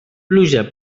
pluja